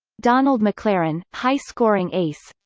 donald maclaren high scoring ace